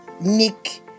Nick